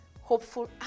hopeful